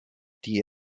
die